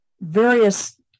various